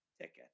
ticket